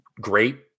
great